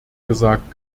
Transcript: gesagt